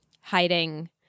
hiding